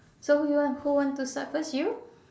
so you want who want to start first you